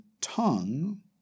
tongue